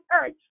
earth